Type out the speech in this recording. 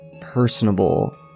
personable